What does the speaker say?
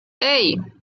hey